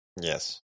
Yes